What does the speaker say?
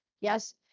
yes